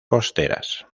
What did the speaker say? costeras